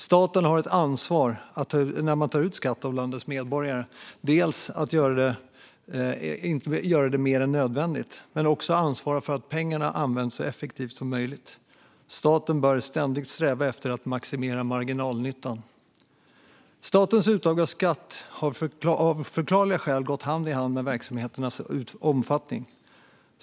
Staten har ett ansvar när man tar ut skatt av landets medborgare - dels att inte ta ut mer än nödvändigt, dels att ansvara för att pengarna används så effektivt som möjligt. Staten bör ständigt sträva efter att maximera marginalnyttan. Statens uttag av skatt har av förklarliga skäl gått hand i hand med verksamheternas omfattning.